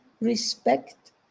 respect